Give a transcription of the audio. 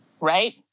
right